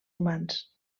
humans